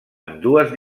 ambdues